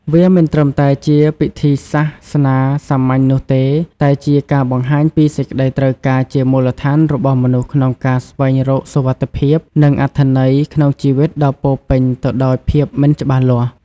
វាមិនត្រឹមតែជាពិធីសាសនាសាមញ្ញនោះទេ តែជា ការបង្ហាញពីសេចក្តីត្រូវការជាមូលដ្ឋានរបស់មនុស្សក្នុងការស្វែងរកសុវត្ថិភាព និងអត្ថន័យ ក្នុងជីវិតដ៏ពោរពេញទៅដោយភាពមិនច្បាស់លាស់។